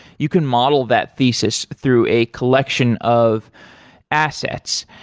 you can model that thesis through a collection of assets.